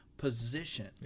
position